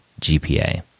GPA